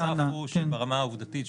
הדבר הנוסף הוא שברמה העובדתית,